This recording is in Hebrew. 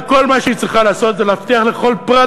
וכל מה שהיא צריכה לעשות זה להבטיח לכל פרט